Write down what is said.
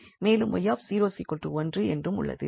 மேலும் 𝑦 1 என்றும் உள்ளது